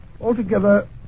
Altogether